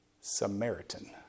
Samaritan